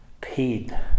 paid